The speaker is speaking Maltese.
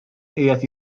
qiegħed